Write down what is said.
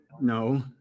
No